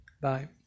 Bye